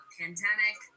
pandemic